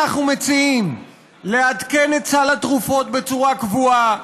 אנחנו מציעים לעדכן את סל התרופות בצורה קבועה,